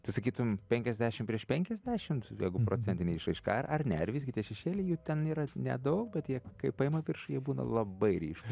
tu sakytum penkiasdešim prieš penkiasdešimt jeigu procentine išraiška ar ar ne visgi tie šešėliai jų ten yra nedaug bet jie kai paima viršų jie būna labai ryškūs